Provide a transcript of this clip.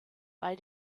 bei